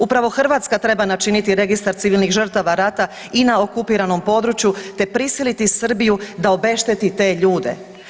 Upravo Hrvatska treba načiniti registar civilnih žrtava rata i na okupiranom području te prisiliti Srbiju da obešteti te ljude.